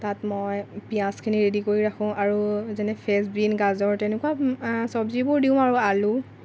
তাত মই পিয়াঁজখিনি ৰেডি কৰি ৰাখোঁ আৰু যেনে ফ্ৰেঞ্চবিন গাজৰ তেনেকুৱা চব্জিবোৰ দিওঁ আৰু আলু